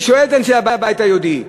אני שואל את אנשי הבית היהודי: